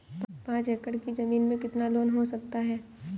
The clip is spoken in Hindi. पाँच एकड़ की ज़मीन में कितना लोन हो सकता है?